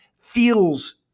feels